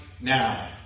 now